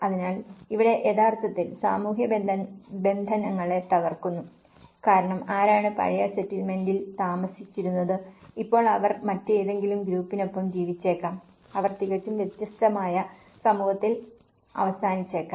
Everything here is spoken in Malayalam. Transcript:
അതിനാൽ ഇവിടെ യഥാർത്ഥത്തിൽ സാമൂഹിക ബന്ധനങ്ങളെ തകർക്കുന്നു കാരണം ആരാണ് പഴയ സെറ്റിൽമെന്റിൽ താമസിച്ചിരുന്നത് ഇപ്പോൾ അവർ മറ്റേതെങ്കിലും ഗ്രൂപ്പിനൊപ്പം ജീവിച്ചേക്കാം അവർ തികച്ചും വ്യത്യസ്തമായ സമൂഹത്തിൽ അവസാനിച്ചേക്കാം